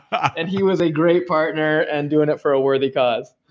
and he was a great partner, and doing it for a worthy cause